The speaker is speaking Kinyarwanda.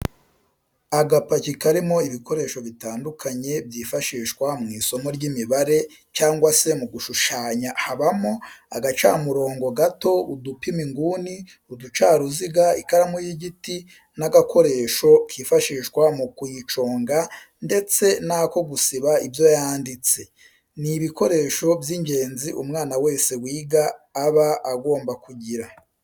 Agapaki karimo ibikoresho bitandukanye byifashishwa mu isomo ry'imibare cyangwa se mu gushushanya habamo agacamurongo gato, udupima inguni, uducaruziga, ikaramu y'igiti n'agakoresho kifashishwa mu kuyiconga ndetse n'ako gusiba ibyo yanditse, ni ibikoresho by'ingenzi umwana wese wiga aba agomba kugira.